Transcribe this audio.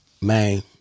Man